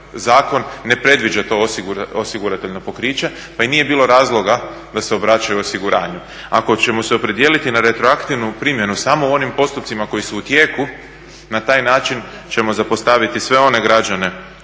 ne predviđa to osigurateljno pokriće, pa i nije bilo razloga da se obraćaju osiguranju. Ako ćemo se opredijeliti na retroaktivnu primjenu samo u onim postupcima koji su u tijeku na taj način ćemo zapostaviti sve one građane